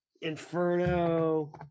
Inferno